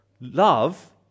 Love